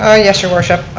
ah yes, your worship.